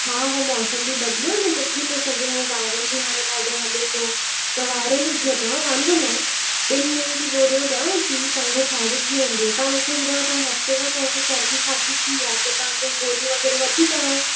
हा हू मौसम बि बदिलियो न त थी थो सघे हो वाइरल बि हाणे ॾाढो हले थो त वाइरल ई थिओ अथव वांदो नाहे ॿिन ॾींहंनि जी गोरियूं ॾियांव थी तव्हांखे फ़ाइदो थी वेंदो तव्हां मूंखे ॿुधायो तव्हां हफ़्ते खां तव्हांखे सर्दी खांसी थी या त तव्हां कोई गोरी वग़ैरह वरिती अथव